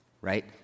right